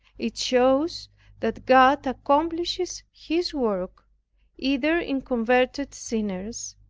it shows that god accomplishes his work either in converted sinners,